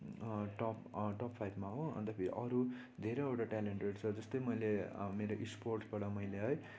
top top फाइभमा हो अन्त फेरि अरू धेरैवटा ट्यालेन्टहरू छ जस्तै मैले मेरो स्पोर्टबाट मैले है